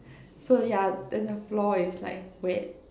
so ya then the floor is like wet